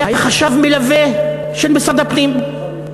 היה חשב מלווה של משרד הפנים.